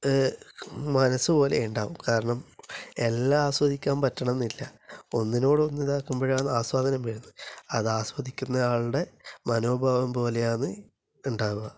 മനസ്സുപോലെ ഉണ്ടാകും കാരണം എല്ലാം ആസ്വദിക്കാൻ പറ്റണമെന്നില്ല ഒന്നിനോടൊന്ന് ഇതാക്കുമ്പഴാണ് ആസ്വാദനം വരുന്നത് അത് ആസ്വദിക്കുന്ന ആളുടെ മനോഭാവം പോലെയാണ് ഉണ്ടാവുക